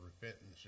repentance